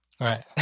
Right